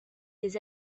des